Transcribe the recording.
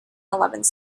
eleventh